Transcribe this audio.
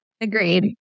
Agreed